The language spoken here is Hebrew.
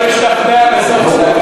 אני לא חייב עכשיו לקבל